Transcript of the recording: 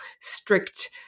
strict